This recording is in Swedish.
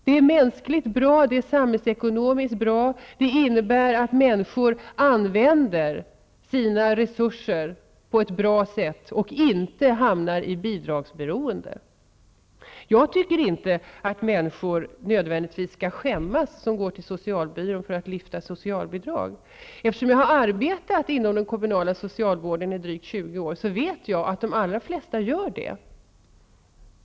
Det är mänskligt bra, samhällsekonomiskt bra och det innebär att människor använder sina resurser på ett bra sätt och inte hamnar i ett bidragsberoende. Jag tycker inte att människor som går till socialbyrån för att lyfta socialbidrag nödvändigtvis skall skämmas. Eftersom jag i drygt 20 år har arbetat inom den kommunala socialvården, vet jag att de allra flesta gör det.